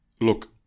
Look